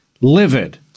Livid